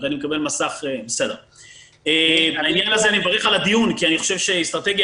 מברך על הדיון כי אני חושב שאסטרטגיה